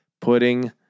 putting